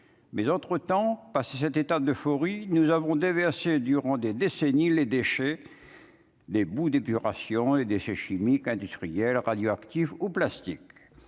mais entre temps, pas si cet état d'euphorie nous avons déversé durant des décennies, les déchets, les boues d'épuration et des déchets chimiques industriels radioactive ou plastique